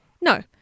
No